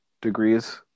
degrees